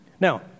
Now